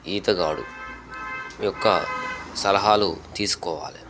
ఈతగాడు యొక్క సలహాలు తీసుకోవాలి